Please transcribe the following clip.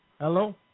Hello